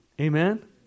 Amen